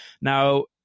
now